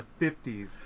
50s